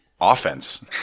offense